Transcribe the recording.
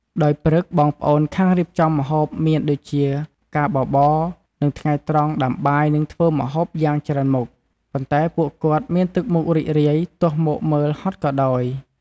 ដោយព្រឹកបងប្អូនខាងរៀបចំម្ហូបមានដូចជាការបបរ និងថ្ងៃត្រង់ដាំបាយនិងធ្វើម្ហូបយ៉ាងច្រើនមុខ ប៉ុន្តែពួកគាត់មានទឹកមុខរីករាយទោះមកមើលហាត់ក៏ដោយ។